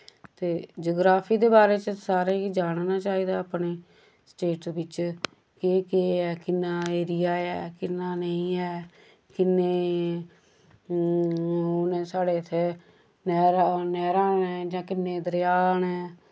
ते जग्राफी दे बारे च सारें गी जानना चाहिदा अपने स्टेट बिच्च केह् केह् ऐ किन्ना एरिया ऐ किन्ना नेईं ऐ किन्ने ओह् नै साढ़े इत्थै नैह्रा नैह्रां नै जां किन्ने दरेआ नै